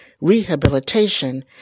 rehabilitation